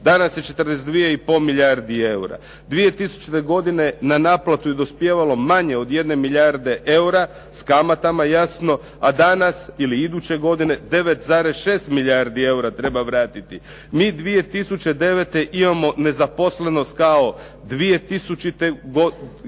danas je 42,5 milijarde eura. 2000. godine na naplatu je dospijevalo manje od jedne milijarde eura s kamatama jasno, a danas ili iduće godine 9,6 milijarde eura treba vratiti. Mi 2009. imamo nezaposlenost kao 2000. godine,